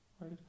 right